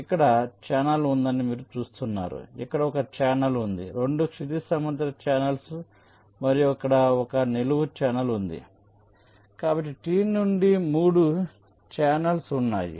కాబట్టి ఇక్కడ ఛానెల్ ఉందని మీరు చూస్తున్నారు ఇక్కడ ఒక ఛానెల్ ఉంది 2 క్షితిజ సమాంతర ఛానెల్స్ మరియు ఇక్కడ ఒక నిలువు ఛానల్ ఉంది కాబట్టి టి నుండి 3 ఛానెల్స్ ఉన్నాయి